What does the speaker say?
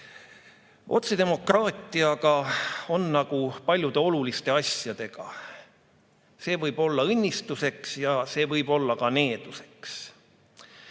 Eestis. Otsedemokraatiaga on nagu paljude oluliste asjadega. See võib olla õnnistuseks ja see võib olla ka needuseks.